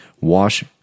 wash